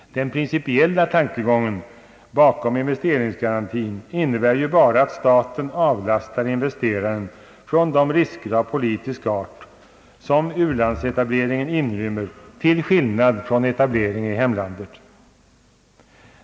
Den principiella tankegången bakom investeringsgarantin innebär ju bara att staten avlastar investeraren de risker av politisk art som u-landsetableringen inrymmer, till skillnad från etablering i hemlandet.